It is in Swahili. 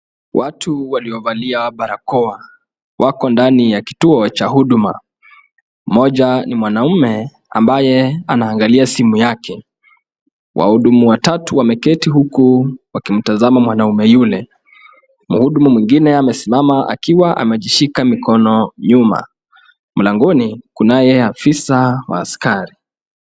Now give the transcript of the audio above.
Watu waliovalia barakoa wako ndani ya kituo cha huduma. Mmoja ni mwanaume ambaye anangalia simu yake. Wahudumu watatu wameketi huku wakimtazama mwanaume yule. Mhudumu mwingine amesimama akiwa amejishika mikono nyuma. Mlangoni kunaye afisa wa askari.